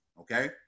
Okay